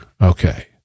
Okay